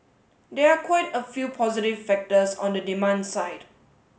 there are quite a few positive factors on the demand side